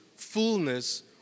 fullness